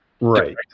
right